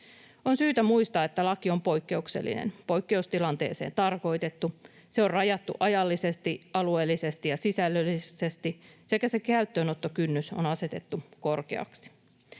On syytä muistaa, että laki on poikkeuksellinen ja poikkeustilanteeseen tarkoitettu, se on rajattu ajallisesti, alueellisesti ja sisällöllisesti sekä sen käyttöönottokynnys on asetettu korkeaksi.